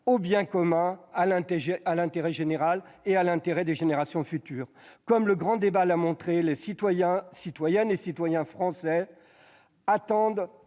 au bien commun, à l'intérêt général, et à celui des générations futures. Comme le grand débat l'a montré, les citoyennes et citoyens français attendent